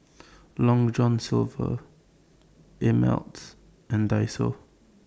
Long John Silver Ameltz and Daiso